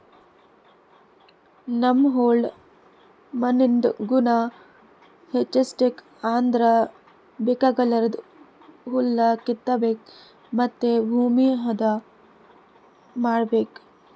ನಮ್ ಹೋಲ್ದ್ ಮಣ್ಣಿಂದ್ ಗುಣ ಹೆಚಸ್ಬೇಕ್ ಅಂದ್ರ ಬೇಕಾಗಲಾರ್ದ್ ಹುಲ್ಲ ಕಿತ್ತಬೇಕ್ ಮತ್ತ್ ಭೂಮಿ ಹದ ಮಾಡ್ಬೇಕ್